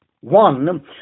One